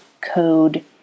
code